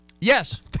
Yes